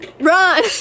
Run